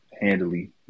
handily